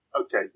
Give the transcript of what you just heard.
Okay